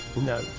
No